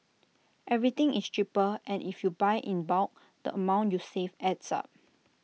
everything is cheaper and if you buy in bulk the amount you save adds up